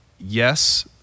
yes